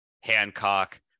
Hancock